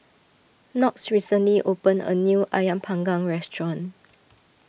Knox recently opened a new Ayam Panggang restaurant